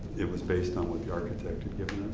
it was based on what the architect had given